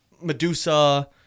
Medusa